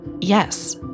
Yes